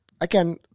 again